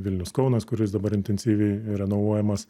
vilnius kaunas kuris dabar intensyviai renovuojamas